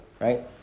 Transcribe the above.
right